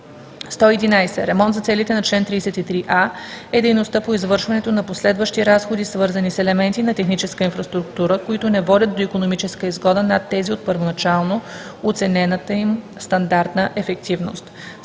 111. „Ремонт“ за целите на чл. 33а е дейността по извършването на последващи разходи, свързани с елементи на техническа инфраструктура, които не водят до икономическа изгода над тази от първоначално оценената им стандартна ефективност.